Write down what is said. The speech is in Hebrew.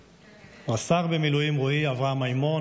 רס"ר במילואים רועי אברהם מימון,